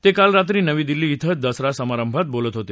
ते काल रात्री नवी दिल्ली िंद दसरा समारंभात बोलत होते